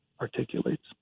articulates